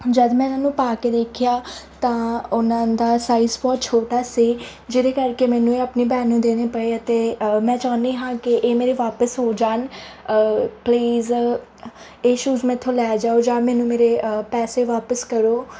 ਜਦੋਂ ਮੈਂ ਇਨ੍ਹਾਂ ਨੂੰ ਪਾ ਕੇ ਦੇਖਿਆ ਤਾਂ ਉਨ੍ਹਾਂ ਦਾ ਸਾਈਜ਼ ਬਹੁਤ ਛੋਟਾ ਸੀ ਜਿਹਦੇ ਕਰਕੇ ਮੈਨੂੰ ਇਹ ਆਪਣੀ ਭੈਣ ਨੂੰ ਦੇਣੇ ਪਏ ਅਤੇ ਮੈਂ ਚਾਹੁੰਦੀ ਹਾਂ ਕਿ ਇਹ ਮੇਰੇ ਵਾਪਿਸ ਹੋ ਜਾਣ ਪਲੀਜ਼ ਇਹ ਸ਼ੂਜ਼ ਮੈਥੋਂ ਲੈ ਜਾਓ ਜਾਂ ਮੈਨੂੰ ਮੇਰੇ ਪੈਸੇ ਵਾਪਿਸ ਕਰੋ